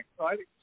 exciting